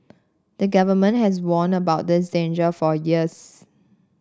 the Government has warned about this danger for years